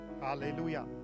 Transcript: hallelujah